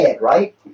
Right